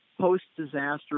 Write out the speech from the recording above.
post-disaster